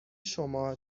شما